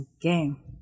game